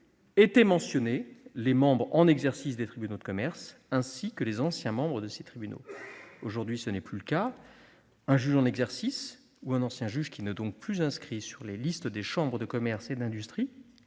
étaient mentionnés les membres en exercice des tribunaux de commerce, ainsi que les anciens membres de ces tribunaux. Ce n'est plus le cas aujourd'hui. Un juge en exercice, ou un ancien juge qui n'est donc plus inscrit sur les listes des chambres de commerce et d'industrie